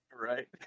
Right